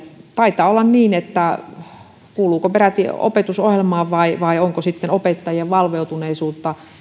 taitaa olla niin ja kuuluuko peräti opetusohjelmaan vai vai onko opettajien valveutuneisuutta